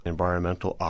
Environmental